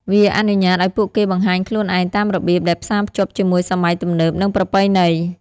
វាអនុញ្ញាតឱ្យពួកគេបង្ហាញខ្លួនឯងតាមរបៀបដែលផ្សាភ្ជាប់ជាមួយសម័យទំនើប និងប្រពៃណី។